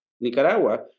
Nicaragua